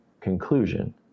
conclusion